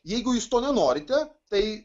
jeigu jūs to nenorite tai